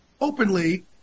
openly